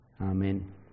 Amen